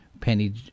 Penny